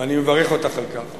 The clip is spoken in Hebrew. ואני מברך אותך על כך.